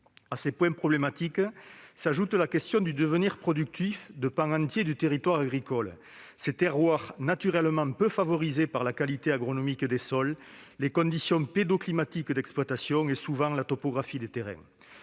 À ces points problématiques s'ajoute la question du devenir productif de pans entiers du territoire agricole, les terroirs naturellement peu favorisés en termes de qualité agronomique des sols, de conditions pédoclimatiques d'exploitation et, souvent, de topographie. Monsieur